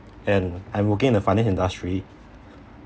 and I'm working in the finance industry